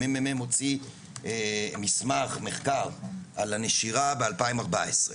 הממ"מ הוציא ערך מחקר על הנשירה ב-2014.